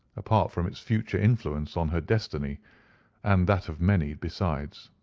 apart from its future influence on her destiny and that of many besides.